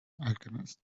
alchemist